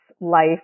life